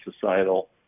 societal